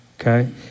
Okay